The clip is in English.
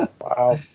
Wow